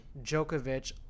Djokovic